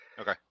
Okay